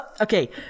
Okay